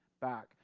back